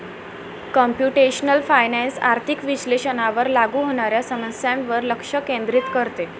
computational finance आर्थिक विश्लेषणावर लागू होणाऱ्या समस्यांवर लक्ष केंद्रित करते